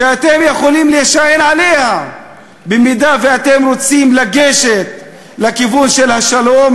שאתם יכולים להישען עליה במידה שאתם רוצים לגשת לכיוון של השלום,